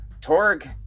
Torg